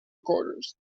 recorders